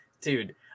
Dude